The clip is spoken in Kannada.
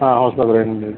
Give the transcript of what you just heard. ಹಾಂ ಹೊಸ ಬ್ರ್ಯಾಂಡ್